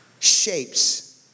shapes